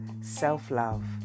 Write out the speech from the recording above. self-love